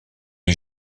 est